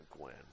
Gwen